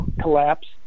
collapse